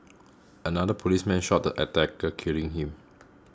another policeman shot the attacker killing him